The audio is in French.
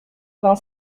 vingt